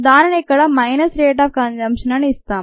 దానిని ఇక్కడ minus rate of consumption అని ఇస్తాం